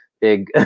big